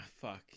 Fuck